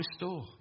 restore